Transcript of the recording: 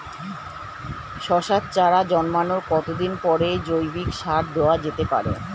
শশার চারা জন্মানোর কতদিন পরে জৈবিক সার দেওয়া যেতে পারে?